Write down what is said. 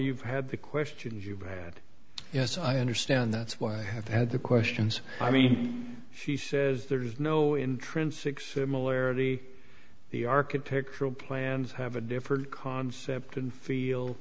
you've had the questions you've had as i understand that's why i have had the questions i mean she says there is no intrinsic similarity the architectural plans have a different concept and feel